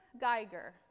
Geiger